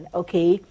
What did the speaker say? okay